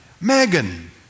Megan